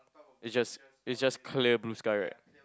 is just is just clear blue sky right